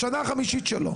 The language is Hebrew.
בשנה החמישית שלו.